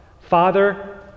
Father